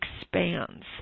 expands